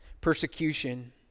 persecution